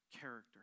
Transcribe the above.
character